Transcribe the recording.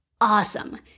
Awesome